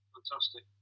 Fantastic